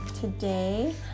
today